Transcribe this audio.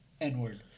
n-word